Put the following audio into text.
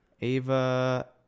Ava